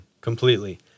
completely